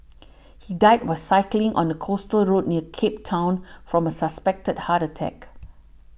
he died while cycling on a coastal road near Cape Town from a suspected heart attack